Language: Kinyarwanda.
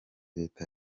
leta